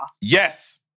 Yes